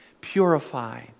Purify